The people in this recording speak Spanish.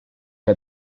que